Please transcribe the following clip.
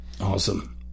Awesome